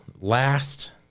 last